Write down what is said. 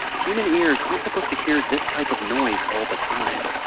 human ears aren't supposed to hear this type of noise all the time